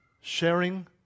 sharing